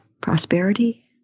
Prosperity